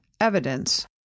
evidence